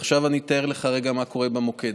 ועכשיו אני אתאר לך רגע מה קורה במוקד.